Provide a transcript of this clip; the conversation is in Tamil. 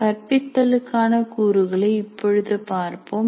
கற்பித்தலுக்கான கூறுகளை இப்பொழுது பார்ப்போம்